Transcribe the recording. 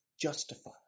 justify